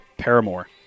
paramore